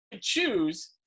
choose